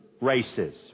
races